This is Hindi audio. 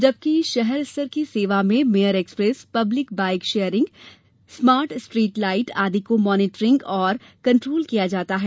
जबकि शहर स्तर की सेवा में mayor express public bike sharing smart street light आदि को मॉनिट्रिंग और कंट्रोल किया जाता है